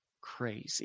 crazy